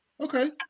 Okay